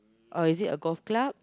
or is it a golf club